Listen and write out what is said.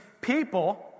people